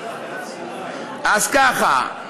אז ככה: